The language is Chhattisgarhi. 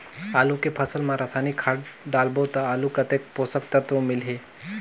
आलू के फसल मा रसायनिक खाद डालबो ता आलू कतेक पोषक तत्व मिलही?